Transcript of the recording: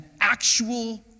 actual